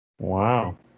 Wow